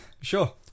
Sure